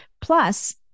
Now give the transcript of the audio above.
Plus